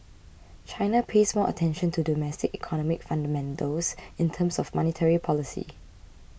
China pays more attention to domestic economic fundamentals in terms of monetary policy